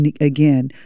Again